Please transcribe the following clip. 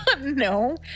no